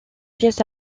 pièces